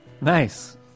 Nice